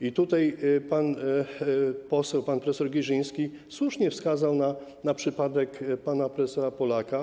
I tutaj pan poseł, pan prof. Girzyński słusznie wskazał na przypadek pana prof. Polaka.